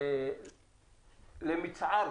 אני מתכבד לפתוח את ישיבת ועדת הכלכלה